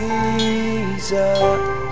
Jesus